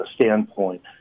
standpoint